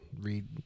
read